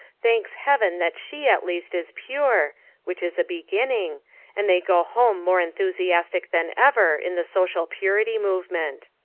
thanks heaven that she at least is pure which is a beginning and they go home more enthusiastic than ever in the social purity movement.